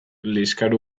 liskar